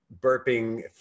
burping